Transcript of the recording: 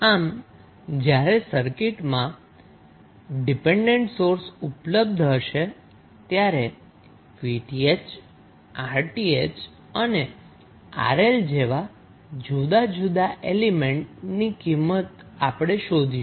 આમ જ્યારે સર્કિટમાં ડિપેન્ડન્ટ સોર્સ ઉપલબ્ધ હશે ત્યારે 𝑉𝑇ℎ 𝑅𝑇ℎ અને 𝑅𝐿 જેવા જુદા જુદા એલીમેન્ટ ની કિંમત આપણે શોધીશું